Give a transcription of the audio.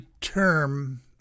term